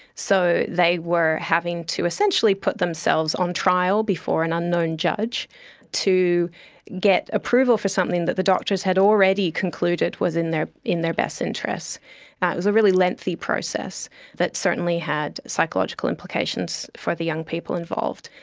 so they were having to essentially put themselves on trial before an unknown judge to get approval for something that the doctors had already concluded was in their in their best interest. it was a really lengthy process that certainly had psychological implications for the young people involved.